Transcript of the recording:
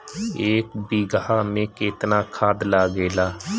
एक बिगहा में केतना खाद लागेला?